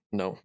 no